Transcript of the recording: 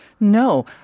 No